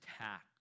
attack